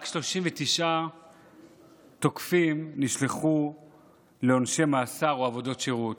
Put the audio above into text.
רק 39 תוקפים נשלחו לעונשי מאסר או עבודות שירות.